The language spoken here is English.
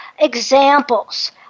examples